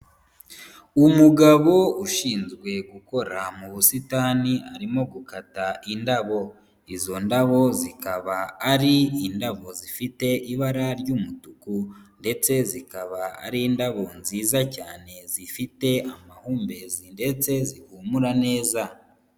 Umugabo ushinzwe gukora mu busitani arimo gukata indabo. Izo ndabo zikaba ari indabo zifite ibara ry'umutuku, ndetse zikaba ari indabo nziza cyane zifite amahumbezi ndetse zihumura neza.